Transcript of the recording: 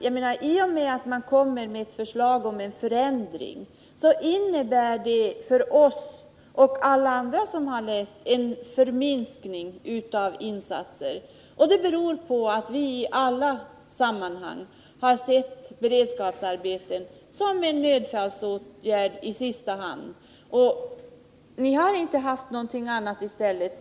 Ni har lagt fram förslag om en förändring, och det betyder för oss — och för alla andra som läser det — en minskning av insatserna. Det beror på att vi i alla sammanhang har sett beredskapsarbeten som en nödfallsåtgärd som vidtas i sista hand.